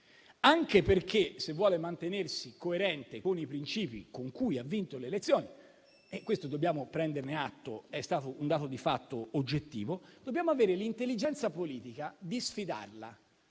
anche perché, se vuole mantenersi coerente con i principi con cui ha vinto le elezioni (di questo dobbiamo prendere atto, essendo un dato di fatto oggettivo), dobbiamo avere l'intelligenza politica di sfidarla